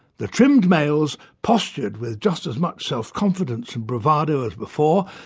the trimmed males postured with just as much self-confidence and bravado as before,